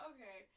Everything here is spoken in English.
Okay